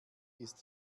ist